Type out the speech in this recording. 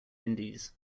indies